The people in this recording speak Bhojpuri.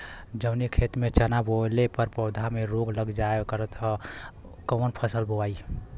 जवने खेत में चना बोअले पर पौधा में रोग लग जाईल करत ह त कवन फसल बोआई?